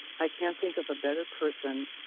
i can't think of a better person